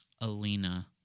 Alina